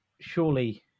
surely